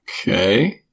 Okay